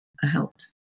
helped